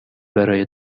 برای